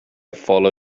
follow